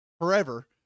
forever